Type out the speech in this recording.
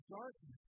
darkness